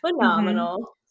Phenomenal